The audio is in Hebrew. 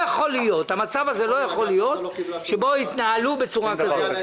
המצב הזה לא יכול להיות, שמתנהלים בצורה כזאת.